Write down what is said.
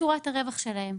מה שורת הרווח שלהן.